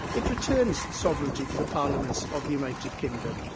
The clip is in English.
it returns sovereignty to the parliaments of the united kingdom.